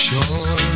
Sure